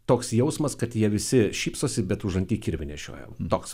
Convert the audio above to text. toks jausmas kad jie visi šypsosi bet užanty kirvį nešioja toks